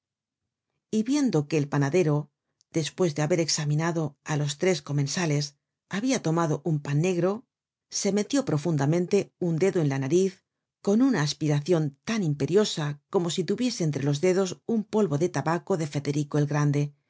y viendo que el panadero despues de haber examinado á los tres comensales habia tomado un pan negro se metió profundamente el tomo iv content from google book search generated at dedo en la nariz con una aspiracion tan imperiosa como si tuviese entre los dedos un polvo de tabaco de federico el grande y